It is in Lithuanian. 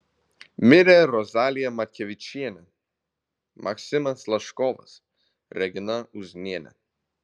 mirė rozalija matkevičienė maksimas laškovas regina uznienė